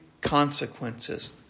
consequences